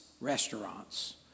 restaurants